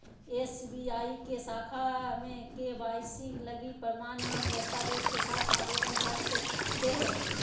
SBI के शाखा में के.वाई.सी लगी प्रमाण एवं दस्तावेज़ के साथ आवेदन भर के देहो